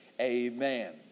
Amen